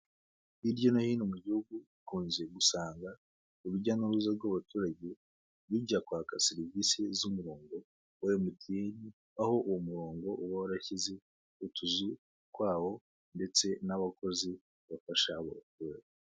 Hirya no hino mu gihugu ukunze gusanga urujya n'uruza rw'abaturage rujya kwaka serivisi z'umurongo wa MTN, aho uwo murongo uba warashyize utuzu twawo ndetse n'abakozi bafasha abo baturage.